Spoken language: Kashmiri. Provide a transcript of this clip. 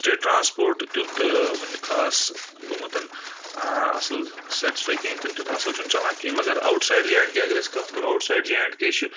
سٹیٹ ٹرنسپوٹ تِیُتھ وٕنہِ خاص گوٚمُت اَصٕل سیٚٹٟسفاے کہیٖنی تِنہٕ تِیوٗتاہ اَصٕل چھُنہٕ چلان کینٛہہ مگر outside J and K اَگر أسۍ کَتھ کَرو outside J and K چھُ